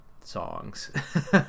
songs